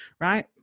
Right